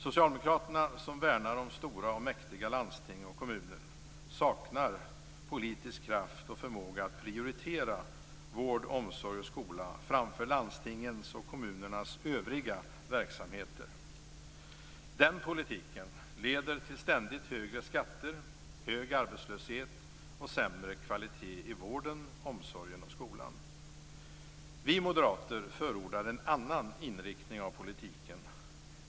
Socialdemokraterna, som värnar stora och mäktiga landsting och kommuner, saknar politisk kraft och förmåga att prioritera vård, omsorg och skola framför landstingens och kommunernas övriga verksamheter. Den politiken leder till ständigt högre skatter, hög arbetslöshet och sämre kvalitet i vården, omsorgen och skolan. Vi moderater förordar en annan inriktning av politiken.